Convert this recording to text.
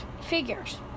figures